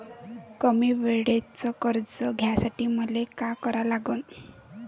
कमी वेळेचं कर्ज घ्यासाठी मले का करा लागन?